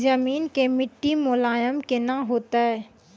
जमीन के मिट्टी मुलायम केना होतै?